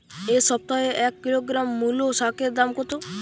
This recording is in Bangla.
এ সপ্তাহে এক কিলোগ্রাম মুলো শাকের দাম কত?